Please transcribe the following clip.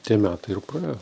tie metai ir praėjo